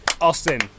austin